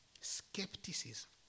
skepticism